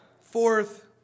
fourth